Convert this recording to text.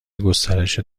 گسترش